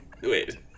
wait